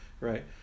right